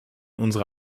unsere